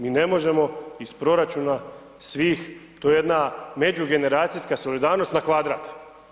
Mi ne možemo iz proračuna svih to je jedna međugeneracijska solidarnost na kvadrat.